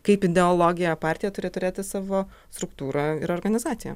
kaip ideologiją partija turi turėti savo struktūrą ir organizaciją